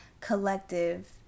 collective